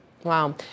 Wow